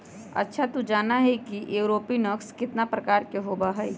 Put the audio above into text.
अच्छा तू जाना ही कि एरोपोनिक्स कितना प्रकार के होबा हई?